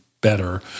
better